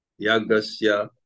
Yagasya